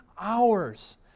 hours